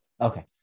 Okay